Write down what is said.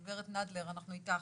גב' נדלר, אנחנו איתך.